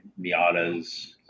Miatas